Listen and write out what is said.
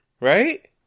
Right